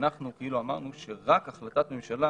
שאנחנו כאילו אמרנו שרק החלטת ממשלה